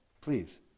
Please